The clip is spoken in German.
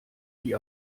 die